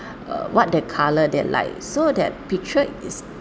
uh what the colour they like so that picture is